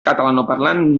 catalanoparlant